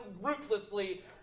ruthlessly